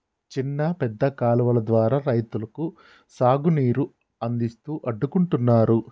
చిన్న పెద్ద కాలువలు ద్వారా రైతులకు సాగు నీరు అందిస్తూ అడ్డుకుంటున్నారు